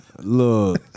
Look